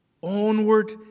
onward